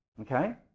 okay